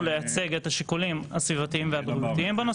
הוא לייצג את השיקולים הסביבתיים והבריאותיים בנושא.